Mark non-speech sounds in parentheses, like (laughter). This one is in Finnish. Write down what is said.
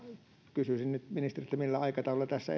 kysyisin nyt ministeriltä millä aikataululla tässä (unintelligible)